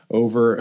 over